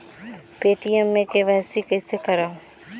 Paytm मे KYC कइसे करव?